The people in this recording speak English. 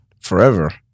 Forever